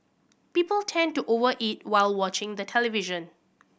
people tend to over eat while watching the television